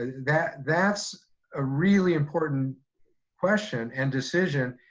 that's that's a really important question and decision,